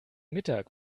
mittag